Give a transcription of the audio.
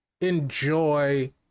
enjoy